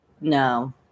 No